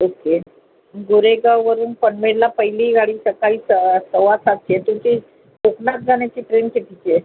okay गोरेगाववरून पनवेलला पहिली गाडी सकाळीच सव्वा सातची आहे तुमची कोकणात जाण्याची ट्रेन कितीची आहे